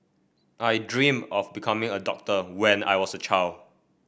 I dream of becoming a doctor when I was a child